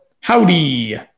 Howdy